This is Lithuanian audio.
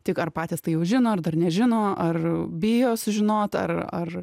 tik ar patys tai jau žino ar dar nežino ar bijo sužinot ar ar